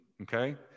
okay